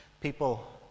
people